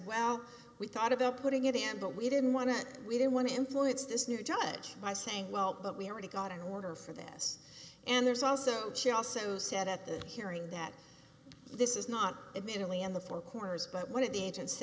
well we thought of the putting it in but we didn't want to we didn't want to influence this new judge by saying well but we already got a hoarder for this and there's also she also said at the hearing that this is not immediately in the four corners but one of the agents